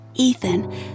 Ethan